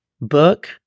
book